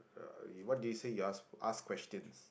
okay what do you say you ask questions